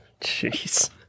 jeez